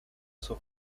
sus